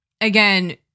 again